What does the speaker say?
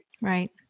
Right